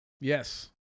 Yes